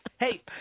Hey